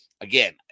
again